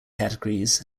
categories